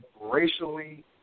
racially